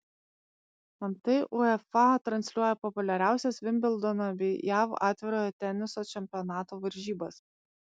antai ufa transliuoja populiariausias vimbldono bei jav atvirojo teniso čempionato varžybas